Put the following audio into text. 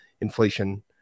inflation